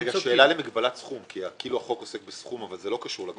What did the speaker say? השאלה היא מגבלת סכום כי כאילו החוק עוסק בסכום אבל זה לא קשור לגמ"חים.